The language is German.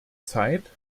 zeit